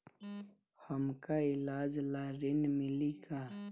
हमका ईलाज ला ऋण मिली का?